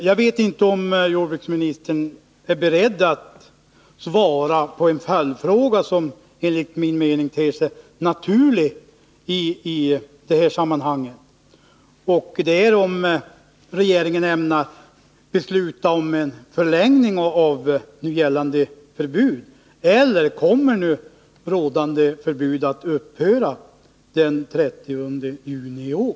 Jag undrar om jordbruksministern är beredd att svara på en följdfråga, som enligt min mening ter sig naturlig i det här sammanhanget: Ämnar regeringen besluta om en förlängning av nu gällande förbud? Eller kommer det nu gällande förbudet att upphöra den 30 juni i år?